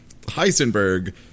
Heisenberg